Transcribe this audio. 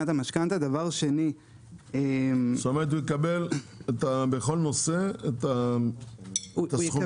זאת אומרת הוא יקבל בכל נושא את הסכומים ואת המחירים.